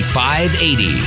580